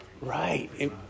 Right